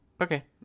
Okay